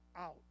out